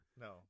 No